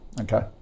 Okay